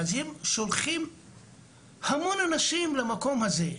והם שולחים המון אנשים למקום הזה.